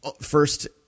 first